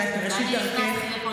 כי את בראשית דרכך,